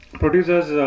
producers